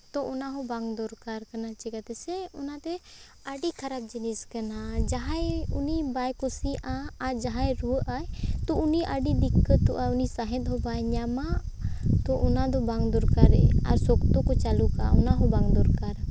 ᱛᱚ ᱚᱱᱟ ᱦᱚᱸ ᱵᱟᱝ ᱫᱚᱨᱠᱟᱨ ᱠᱟᱱᱟ ᱪᱤᱠᱟᱹᱛᱮᱥᱮ ᱚᱱᱟᱛᱮ ᱟᱹᱰᱤ ᱠᱷᱟᱨᱟᱯ ᱡᱤᱱᱤᱥ ᱠᱟᱱᱟ ᱡᱟᱦᱟᱸᱭ ᱩᱱᱤ ᱵᱟᱭ ᱠᱩᱥᱤᱭᱟᱜᱼᱟ ᱟᱨ ᱡᱟᱦᱟᱸᱭ ᱨᱩᱣᱟᱹᱜᱼᱟᱭ ᱛᱚ ᱩᱱᱤ ᱟᱹᱰᱤ ᱫᱤᱠᱠᱟᱹᱛᱚᱜᱼᱟᱭ ᱩᱱᱤ ᱥᱟᱸᱦᱮᱫ ᱦᱚᱸ ᱵᱟᱭ ᱧᱟᱢᱟ ᱛᱚ ᱚᱱᱟ ᱫᱚ ᱵᱟᱝ ᱫᱚᱨᱠᱟᱨᱤ ᱟᱨ ᱥᱚᱠᱛᱚ ᱠᱚ ᱪᱟᱹᱞᱩ ᱠᱚᱜᱼᱟ ᱚᱱᱟ ᱦᱚᱸ ᱵᱟᱝ ᱫᱚᱨᱠᱟᱨ